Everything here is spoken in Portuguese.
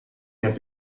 minha